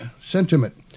sentiment